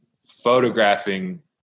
photographing